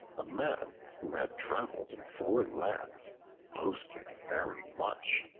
a man who had traveled in foreign lands boasted very much,